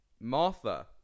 martha